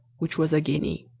which was a guinea.